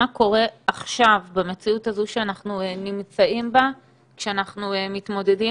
מה קורה עכשיו במציאות הזו שאנחנו נמצאים בה כשאנחנו מתמודדים